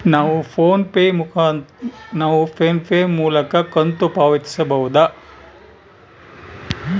ನಾವು PhonePe ಮೂಲಕ ಕಂತು ಪಾವತಿಸಬಹುದಾ?